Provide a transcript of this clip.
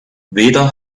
weder